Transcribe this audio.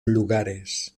lugares